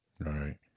right